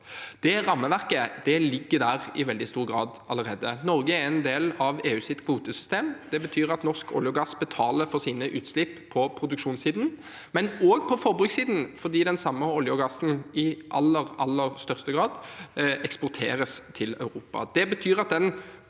rammeverket ligger der allerede i veldig stor grad. Norge er en del av EUs kvotesystem. Det betyr at norsk olje og gass betaler for sine utslipp på produksjonssiden, men også på forbrukssiden, fordi den samme oljen og gassen i aller, aller største grad eksporteres til Europa.